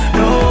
no